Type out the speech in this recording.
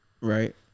right